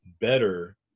better